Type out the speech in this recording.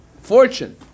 fortune